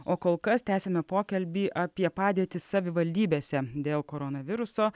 o kol kas tęsiame pokalbį apie padėtį savivaldybėse dėl koronaviruso